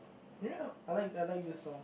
ya I like I like this song